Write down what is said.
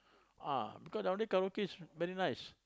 ah because down here karaoke very nice